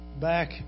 back